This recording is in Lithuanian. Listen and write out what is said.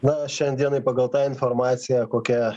na šiandienai pagal tą informaciją kokią